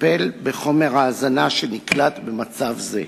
לטפל בחומר האזנה שנקלט במצב זה.